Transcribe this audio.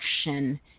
action